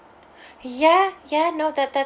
ya ya now that that